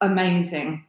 Amazing